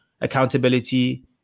accountability